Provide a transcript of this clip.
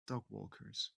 dogwalkers